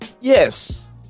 Yes